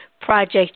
Project